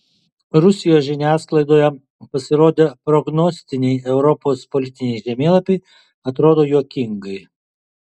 rusijos žiniasklaidoje pasirodę prognostiniai europos politiniai žemėlapiai atrodo juokingai